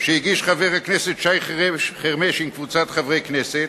שהגיש חבר הכנסת שי חרמש עם קבוצת חברי הכנסת,